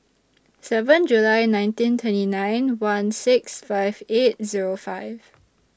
seven July nineteen twenty nine one six five eight Zero five